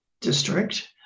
District